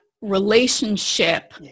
relationship